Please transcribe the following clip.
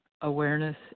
awareness